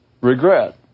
regret